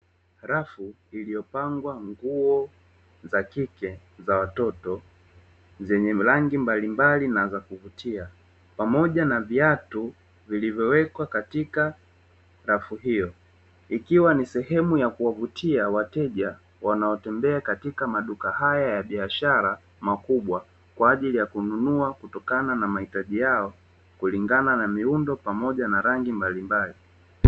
Rafu iliyopangwa nguo za kike za watoto zenye rangi mbalimbali na za kuvutia, pamoja na viatu vilivyowekwa katika rafu hiyo, ikiwa ni sehemu ya kuwavutia wateja wanaotembea katika maduka haya ya biashara makubwa, kwa ajili ya kununua kutokana na mahitaji yao, kulingana na miundo pamoja na rangi mbalimbali.